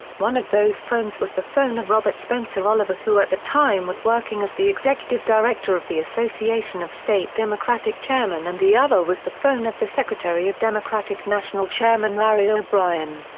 one of those phones was the phone of robert spencer oliver who at the time was working as the executive director of the association of state democratic chairmen and the other was the phone of the secretary of democratic national chairman larry o'brien.